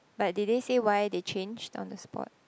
but did they say why they changed on the spot